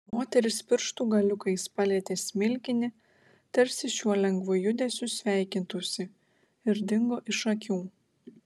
moteris pirštų galiukais palietė smilkinį tarsi šiuo lengvu judesiu sveikintųsi ir dingo iš akių